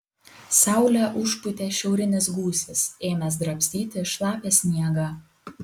saulę užpūtė šiaurinis gūsis ėmęs drabstyti šlapią sniegą